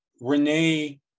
Renee